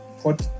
put